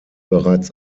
bereits